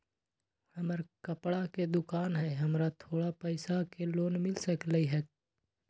हमर कपड़ा के दुकान है हमरा थोड़ा पैसा के लोन मिल सकलई ह?